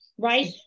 Right